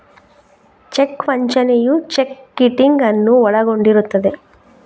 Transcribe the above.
check ವಂಚನೆಯು cheque kiting ಅನ್ನು ಒಳಗೊಂಡಿರುತ್ತದೆ